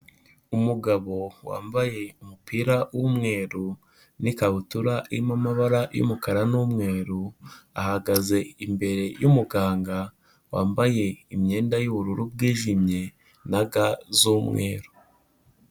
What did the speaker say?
Umugabo wambaye umupira w'umweru n'ikabutura irimo amabara y'umukara n'umweru, ahagaze imbere y'umuganga wambaye imyenda y'ubururu bwijimye na ga z'umweru.